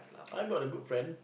I'm not a good friend